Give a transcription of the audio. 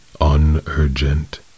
unurgent